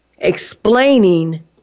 explaining